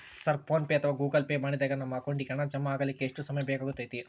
Sir PhonePe ಅಥವಾ Google Pay ಮಾಡಿದಾಗ ನಮ್ಮ ಅಕೌಂಟಿಗೆ ಹಣ ಜಮಾ ಆಗಲಿಕ್ಕೆ ಎಷ್ಟು ಸಮಯ ಬೇಕಾಗತೈತಿ?